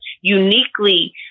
uniquely